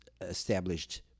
established